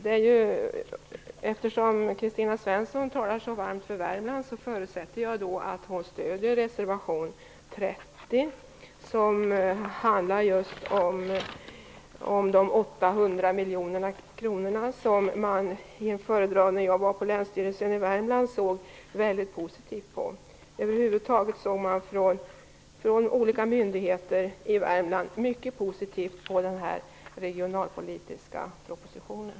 Eftersom Kristina Svensson talar så varmt för Värmland förutsätter jag att hon stöder reservation 30 som handlar just om de 800 miljoner kronorna som man vid en föredragning på Länsstyrelsen i Värmland såg som väldigt positivt. Över huvud taget såg man från olika myndigheter i Värmland mycket positivt på den regionalpolitiska propositionen.